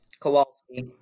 kowalski